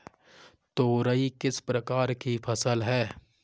तोरई किस प्रकार की फसल है?